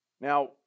Now